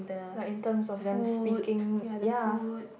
like in terms of them speaking ya